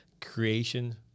creation